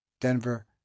Denver